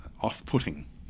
off-putting